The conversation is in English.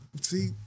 See